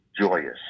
joyous